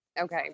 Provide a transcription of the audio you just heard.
Okay